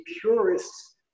purists